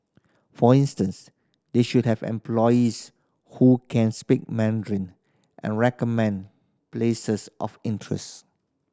for instance they should have employees who can speak Mandarin and recommend places of interest